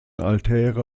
altäre